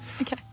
Okay